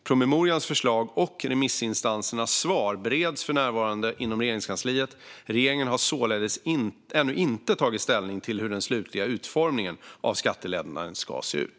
Promemorians förslag och remissinstansernas svar bereds för närvarande inom Regeringskansliet. Regeringen har således ännu inte tagit ställning till hur den slutliga utformningen av skattelättnaden ska se ut.